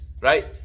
right